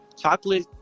chocolate